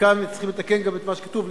וכאן צריכים לתקן את מה שכתוב,